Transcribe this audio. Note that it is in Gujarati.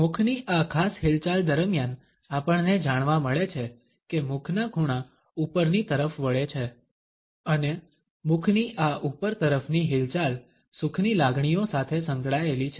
મુખની આ ખાસ હિલચાલ દરમિયાન આપણને જાણવા મળે છે કે મુખના ખૂણા ઉપરની તરફ વળે છે અને મુખની આ ઉપર તરફની હિલચાલ સુખની લાગણીઓ સાથે સંકળાયેલી છે